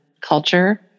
culture